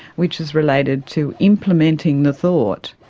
which is related to implementing the thought,